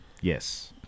Yes